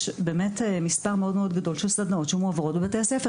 יש מספר מאוד גדול של סדנאות שמועברות בבתי הספר.